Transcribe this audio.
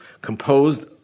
composed